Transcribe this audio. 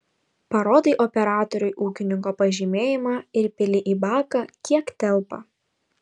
parodai operatoriui ūkininko pažymėjimą ir pili į baką kiek telpa